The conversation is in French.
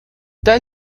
tel